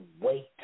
wait